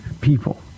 people